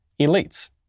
elites